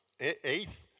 Eighth